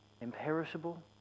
Imperishable